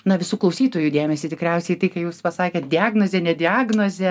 na visų klausytojų dėmesį tikriausiai tai ką jūs pasakėt diagnozė ne diagnozė